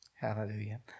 hallelujah